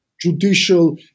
judicial